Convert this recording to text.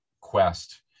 quest